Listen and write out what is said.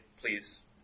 please